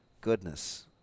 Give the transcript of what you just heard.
goodness